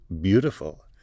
beautiful